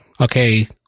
okay